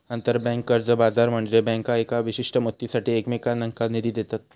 आंतरबँक कर्ज बाजार म्हनजे बँका येका विशिष्ट मुदतीसाठी एकमेकांनका निधी देतत